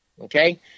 okay